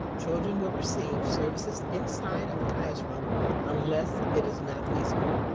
children will receive services inside of the classroom unless it is not feasible.